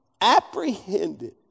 apprehended